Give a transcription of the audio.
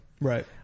Right